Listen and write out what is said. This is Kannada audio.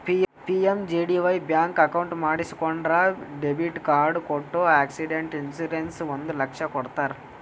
ಪಿ.ಎಮ್.ಜೆ.ಡಿ.ವೈ ಬ್ಯಾಂಕ್ ಅಕೌಂಟ್ ಮಾಡಿಸಿಕೊಂಡ್ರ ಡೆಬಿಟ್ ಕಾರ್ಡ್ ಕೊಟ್ಟು ಆಕ್ಸಿಡೆಂಟ್ ಇನ್ಸೂರೆನ್ಸ್ ಒಂದ್ ಲಕ್ಷ ಕೊಡ್ತಾರ್